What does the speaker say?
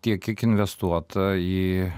tiek kiek investuota į